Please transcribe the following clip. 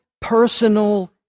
personal